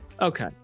Okay